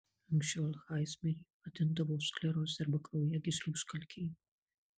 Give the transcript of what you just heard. anksčiau alzheimerį vadindavo skleroze arba kraujagyslių užkalkėjimu